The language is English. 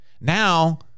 Now